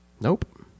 Nope